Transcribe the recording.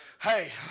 Hey